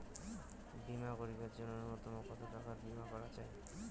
বীমা করিবার জন্য নূন্যতম কতো টাকার বীমা করা যায়?